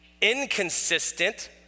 inconsistent